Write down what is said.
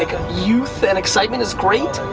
youth and excitement is great,